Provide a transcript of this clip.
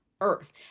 earth